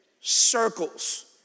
circles